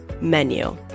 menu